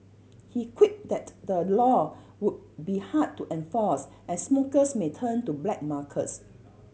he quipped that the law would be hard to enforce and smokers may turn to black markers